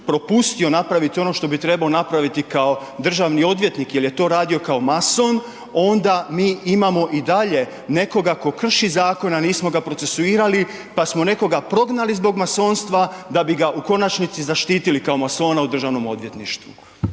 propustio napraviti ono što bi trebao napraviti kao državni odvjetnik jer je to radio kao mason, onda mi imamo i dalje nekoga tko krši zakon, a nismo ga procesuirali pa smo nekoga prognali zbog masonstva, da bi ga u konačnici zaštitili kao masona u državnom odvjetništvu.